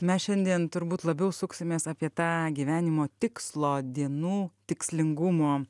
mes šiandien turbūt labiau suksimės apie tą gyvenimo tikslo dienų tikslingumo